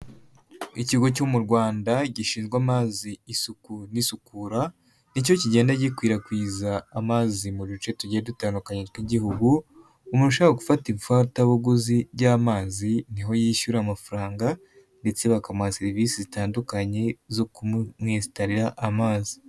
Ikigo cyo mu Rwanda gishinzwe amazi isuku n'isukura, ni cyo kigenda gikwirakwiza amazi mu duce tugiye dutandukanye tw'igihugu, umuntu ushaka gufata ifatabuguzi ry'amazi ni ho yishyura amafaranga ndetse bakamuha serivisi zitandukanye zo kumwesitarira amazi.